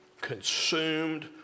consumed